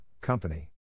Company